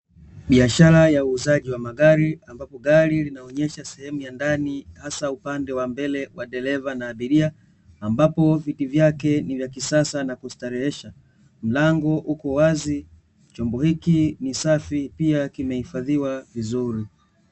Biashara ya uuzaji wa magari ambapo gari linaonyesha sehemu ya ndani hasa upande wa mbele wa dereva na abiria ambapo viti vyake ni vya kisasa na kustarehesha, mlango uko wazi chombo hiki nisafi pia kimehifadhiwa vizuri.